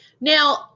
now